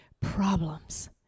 problems